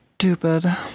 Stupid